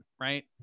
Right